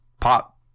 pop